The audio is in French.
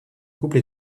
couple